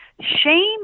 shame